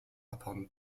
upon